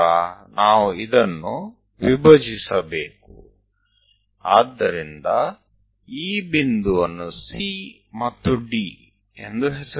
તો ચાલો આપણે આ બિંદુઓને C અને D નામ આપીએ